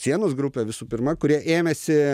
sienos grupė visų pirma kurie ėmėsi